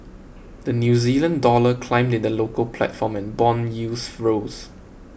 the New Zealand Dollar climbed in the local platform and bond yields rose